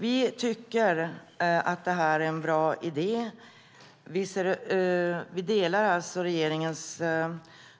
Vi tycker att det här är en bra idé. Vi delar alltså regeringens